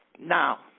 now